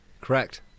Correct